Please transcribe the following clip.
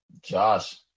Josh